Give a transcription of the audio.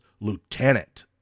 lieutenant